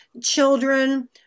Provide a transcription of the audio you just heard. children